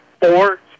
four